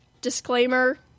disclaimer